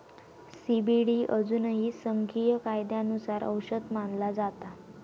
CBD अजूनही संघीय कायद्यानुसार औषध मानला जाता